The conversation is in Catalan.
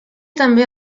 també